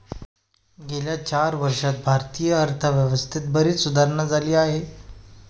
गेल्या चार वर्षांत भारतीय अर्थव्यवस्थेत बरीच सुधारणा झाली आहे